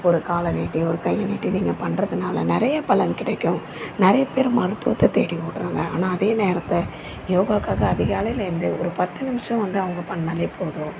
ஒரு காலை நீட்டி ஒரு கையை நீட்டி நீங்கள் பண்ணுறதுனால நிறைய பலன் கிடைக்கும் நிறைய பேர் மருத்துவத்தை தேடி ஓடுறாங்க ஆனால் அதே நேரத்தை யோகாக்காக அதிகாலையில் எழுந்து ஒரு பத்து நிமிஷம் வந்து அவங்க பண்ணிணாலே போதும்